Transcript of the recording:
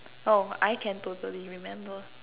oh I can totally remember